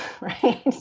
right